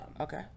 Okay